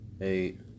Eight